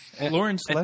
Lawrence